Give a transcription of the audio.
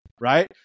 right